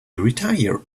retire